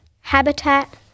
habitat